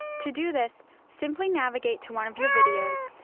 to do this simply navigate to one of your videos,